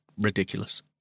ridiculous